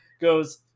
goes